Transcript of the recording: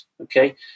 okay